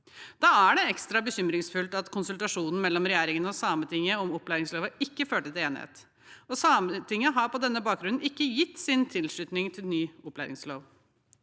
Da er det ekstra bekymringsfullt at konsultasjonen mellom regjeringen og Sametinget om opplæringsloven ikke førte til enighet, og Sametinget har på denne bakgrunn ikke gitt sin tilslutning til ny opplæringslov.